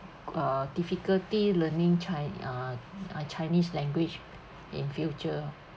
uh difficulty learning chi~ uh uh chinese language in future oh